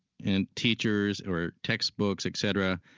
and teachers, or textbooks, etc.